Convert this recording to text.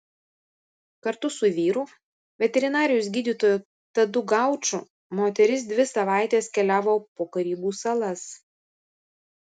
kartu su vyru veterinarijos gydytoju tadu gauču moteris dvi savaites keliavo po karibų salas